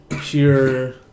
pure